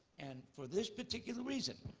and for this particular reason,